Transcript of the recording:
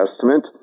Testament